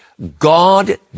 God